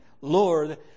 lord